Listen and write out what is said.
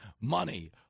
money